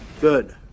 Good